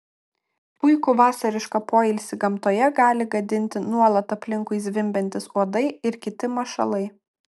puikų vasarišką poilsį gamtoje gali gadinti nuolat aplinkui zvimbiantys uodai ir kiti mašalai